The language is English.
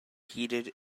heated